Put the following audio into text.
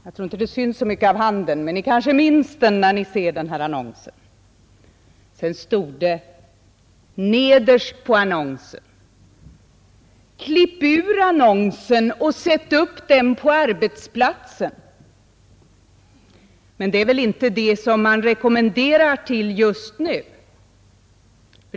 Jag tror inte det syns så mycket av handen, men ni kanske minns den när ni ser den här annonsen. Nederst på annonsen stod det: ”Klipp ur annonsen och sätt upp den på arbetsplatsen.” Men det är väl inte något som man rekommenderar just nu.